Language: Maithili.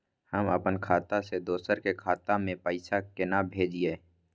हम अपन खाता से दोसर के खाता में पैसा केना भेजिए?